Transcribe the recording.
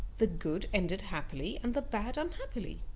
the good ended happily, and the bad unhappily.